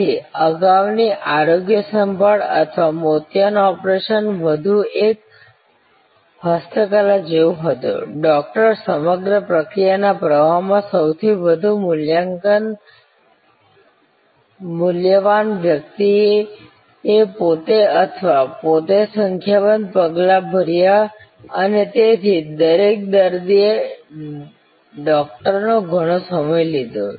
તેથી અગાઉની આરોગ્ય સંભાળ અથવા મોતિયાનું ઓપરેશન વધુ એક હસ્તકલા જેવું હતું ડૉક્ટર સમગ્ર પ્રક્રિયાના પ્રવાહમાં સૌથી વધુ મૂલ્યવાન વ્યક્તિએ પોતે અથવા પોતે સંખ્યાબંધ પગલાં ભર્યા અને તેથી દરેક દર્દીઓ એ ડોક્ટર નો ઘણો સમય લીધો